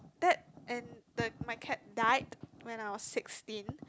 that and the my cat died when I was sixteen